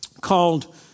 called